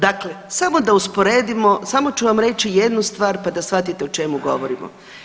Dakle, samo da usporedimo, samo ću vam reći jednu stvar pa da shvatite o čemu govorimo.